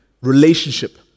relationship